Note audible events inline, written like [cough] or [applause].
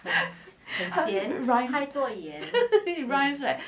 [laughs] it rhymes like